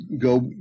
go